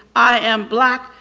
i am black.